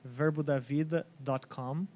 verbodavida.com